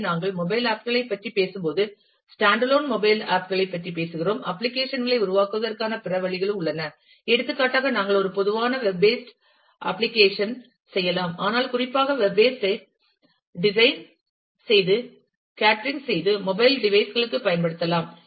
எனவே நாங்கள் mobile app களைப் பற்றி பேசும்போது ஸ்டாண்ட் அலோன் மொபைல் ஆப் களைப் பற்றி பேசுகிறோம் அப்ளிகேஷன் களை உருவாக்குவதற்கான பிற வழிகளும் உள்ளன எடுத்துக்காட்டாக நாங்கள் ஒரு பொதுவான வெப் பேஸ்ட் அப்ளிகேஷன் செய்யலாம் ஆனால் குறிப்பாக வெப் சைட் ஐ டிசைன் செய்து கேட்டரிங் செய்து மொபைல் டிவைஸ் களுக்கு பயன்படுத்தலாம்